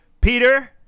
peter